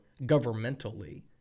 governmentally